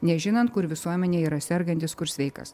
nežinant kur visuomenėj yra sergantis kur sveikas